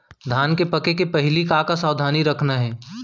धान के पके के पहिली का का सावधानी रखना हे?